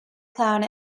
clown